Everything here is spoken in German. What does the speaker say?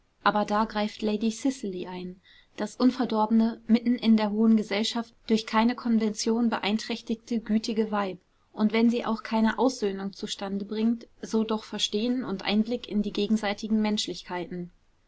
aber da greift lady cicely ein das unverdorbene mitten in der hohen gesellschaft durch keine konvention beeinträchtigte gütige weib und wenn sie auch keine aussöhnung zustande bringt so doch verstehen und einblick in die gegenseitigen menschlichkeiten